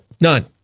None